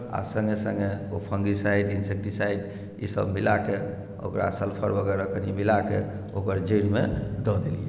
आ सङ्गे सङ्गे फफुँदिसाइट इन्सेक्टिसाइड ईसभ मिलाके ओकरा सल्फर वगैरह कनि मिलाके ओकर जड़िमे दऽ देलियै